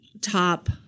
top